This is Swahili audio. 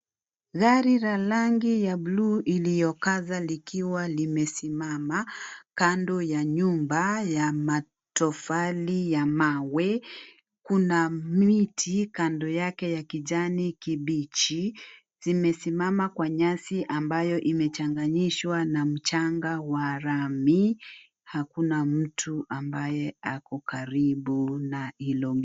Gari la rangi ya bluu iliyokadhaa llikiwa limesimama kando ya nyumba ya matofali ya mawe, kuna miti kando yake ya kijani kibichi zimesimama kwa nyasi ambayo imechanganyishwa na mchanga wa lami. Hakuna mtu ambaye ako karibu na hilo.